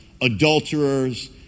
adulterers